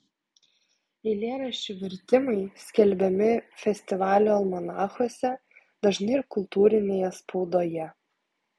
eilėraščių vertimai skelbiami festivalių almanachuose dažnai ir kultūrinėje spaudoje